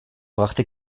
brachte